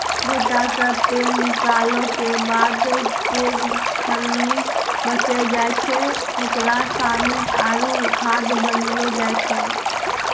गोटा से तेल निकालो के बाद जे खल्ली बची जाय छै ओकरा सानी आरु खाद बनैलो जाय छै